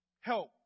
help